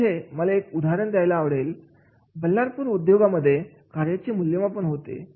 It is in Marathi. आता इथे मला एक उदाहरण द्यायला आवडेल बल्लारपूर उद्योगांमध्ये कार्याचे मूल्यमापन होते